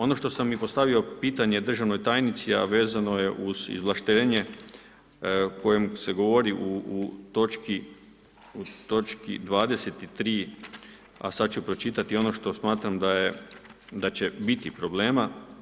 Ono što sam i postavio pitanje državnoj tajnici a vezano uz izvlaštenje o kojem se govori u točki 23. a sad ću pročitati ono što smatram da će biti problema.